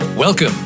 Welcome